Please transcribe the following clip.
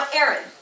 Aaron